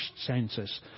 census